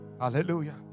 Hallelujah